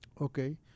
Okay